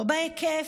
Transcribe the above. לא בהיקף,